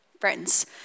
friends